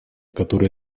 которые